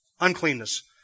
uncleanness